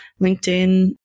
LinkedIn